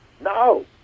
No